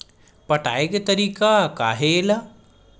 पटाय के तरीका का हे एला?